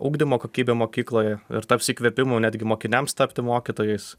ugdymo kokybę mokykloje ir taps įkvėpimu netgi mokiniams tapti mokytojais